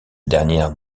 dernière